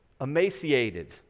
emaciated